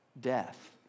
death